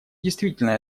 действительно